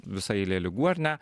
visa eilė ligų ar ne